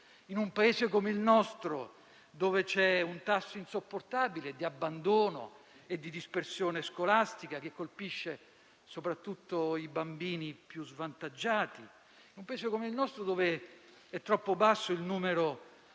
in un Paese come il nostro, dove c'è un tasso insopportabile di abbandono e di dispersione scolastica, che colpisce soprattutto i bambini più svantaggiati, dove è troppo basso il numero